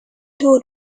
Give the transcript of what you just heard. toured